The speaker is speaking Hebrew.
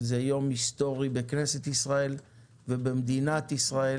זה יום היסטורי בכנסת ישראל ובמדינת ישראל